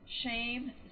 shame